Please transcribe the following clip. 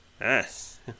Yes